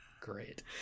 Great